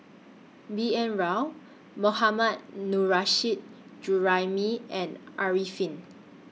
B N Rao Mohammad Nurrasyid Juraimi and Arifin